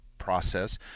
process